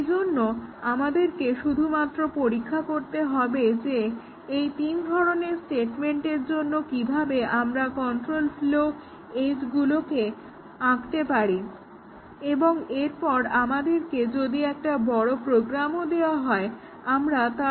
এবং সেইজন্য আমাদেরকে শুধুমাত্র পরীক্ষা করতে হবে যে এই তিন ধরনের স্টেটমেন্টের জন্য কিভাবে আমরা কন্ট্রোল ফ্লো এজ্গুলোকে আঁকতে পারি এবং এরপর আমাদেরকে যদি একটা বড়ো প্রোগ্রামও দেওয়া হয় আমরা তার কন্ট্রোল ফ্লো গ্রাফ তৈরি করতে পারব